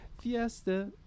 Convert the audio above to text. fiesta